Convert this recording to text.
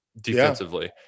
defensively